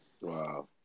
Wow